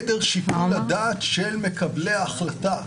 לדעתי אתה ממש לא חזק.